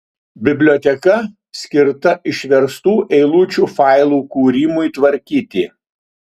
biblioteka skirta išverstų eilučių failų kūrimui tvarkyti